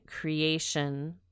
creation